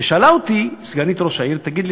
ושאלה אותי סגנית ראש העיר: תגיד לי,